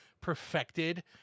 perfected